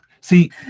see